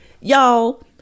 y'all